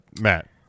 Matt